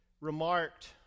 remarked